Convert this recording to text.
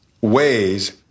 ways